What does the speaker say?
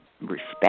respect